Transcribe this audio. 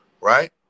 right